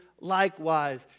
likewise